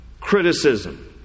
criticism